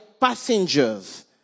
passengers